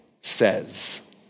says